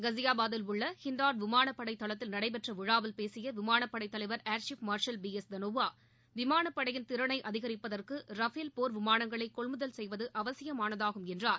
காஸியாபாத்தில் உள்ள வழிண்டான் விமானபடை தளத்தில் நடைபெற்ற விழாவில் பேசிய விமாளப்படை தலைவர் air chief marshal B S Dhanoa விமானப்படையின் திறளை அதிகிப்பதற்கு ரஃபேல் போர் விமானங்களை கொள்முதல் செய்வது அவசியமானதாகும் என்றார்